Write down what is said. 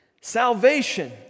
Salvation